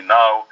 now